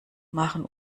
machen